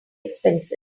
expensive